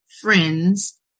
friends